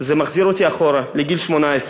זה מחזיר אותי אחורה לגיל 18,